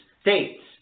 states